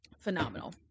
phenomenal